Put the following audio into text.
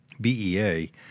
BEA